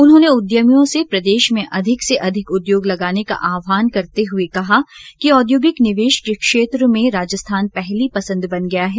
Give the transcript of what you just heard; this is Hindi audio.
उन्होंने उद्यमियों से प्रदेश में अधिक से अधिक उद्योग लगाने का आह्वान करते हुए कहा कि औद्योगिक निवेश के क्षेत्र में राजस्थान पहली पसंद बन गया है